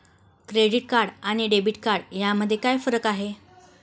Credit card आणि debit card यामध्ये काय फरक आहे?